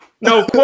No